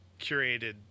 curated